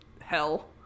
hell